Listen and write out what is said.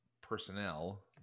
personnel